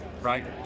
Right